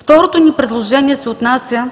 Второто ни предложение се отнася